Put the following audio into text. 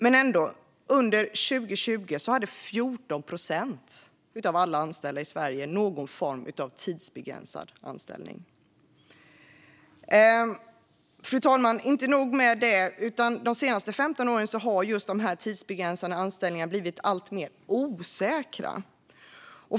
Men under 2020 hade ändå 14 procent av alla anställda i Sverige någon form av tidsbegränsad anställning. Fru talman! Inte nog med det - de senaste 15 åren har de tidsbegränsade anställningarna blivit alltmer osäkra.